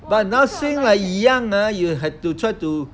but now since like young ah you have to try to